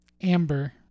Amber